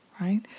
right